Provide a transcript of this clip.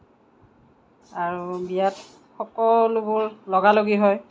আৰু বিয়াত সকলোবোৰ লগা লগি হয়